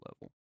level